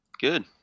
Good